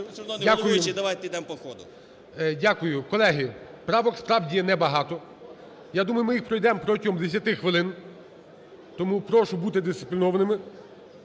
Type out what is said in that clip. Дякую. Колеги, правок справді не багато, я думаю, ми їх пройдемо протягом 10 хвилин тому прошу бути дисциплінованими,